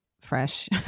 fresh